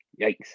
Yikes